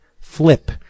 Flip